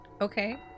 okay